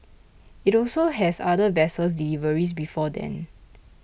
it also has other vessels deliveries before then